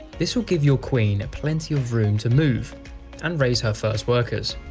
this will give your queen plenty of room to move and raise her first workers.